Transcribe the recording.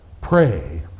Pray